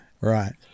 right